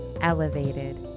Elevated